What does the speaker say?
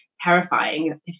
terrifying